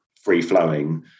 free-flowing